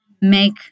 make